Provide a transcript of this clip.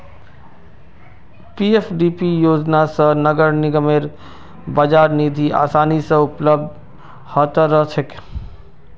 PFDP योजना स नगर निगमक बाजार निधि आसानी स उपलब्ध ह त रह छेक